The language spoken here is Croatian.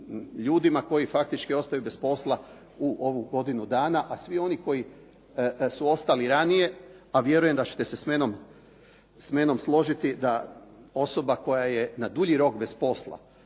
ljudima koji faktički ostaju bez posla u ovih godinu dana, a svi oni koji su ostali ranije, a vjerujem da ćete se sa mnom složiti da osoba koja je na dulji rok bez posla,